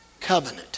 covenant